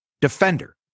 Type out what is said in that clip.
defender